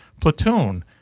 Platoon